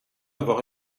avoir